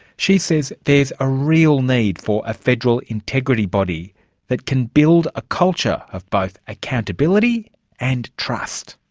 she says there's a real need for a federal integrity body that can build a culture of both accountability and trust.